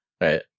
Right